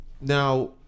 Now